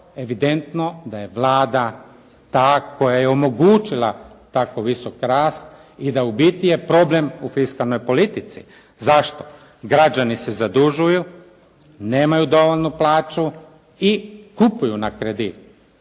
evidentno je da je Vlada ta koja je omogućila tako visok rast i da ubiti je problem u fiskalnoj politici. Zašto? Građani se zadužuju, nemaju dovoljnu plaću i kupuju na kredit